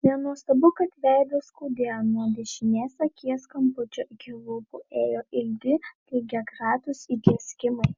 nenuostabu kad veidą skaudėjo nuo dešinės akies kampučio iki lūpų ėjo ilgi lygiagretūs įdrėskimai